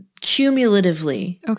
cumulatively